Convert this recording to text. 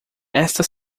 esta